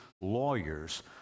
lawyers